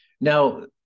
Now